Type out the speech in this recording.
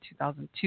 2002